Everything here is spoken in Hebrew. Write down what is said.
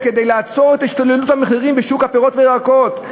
"כדי לעצור את השתוללות המחירים בשוק הפירות והירקות,